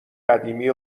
قدیمی